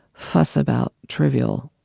fuss about trivial,